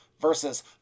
versus